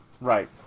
Right